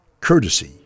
courtesy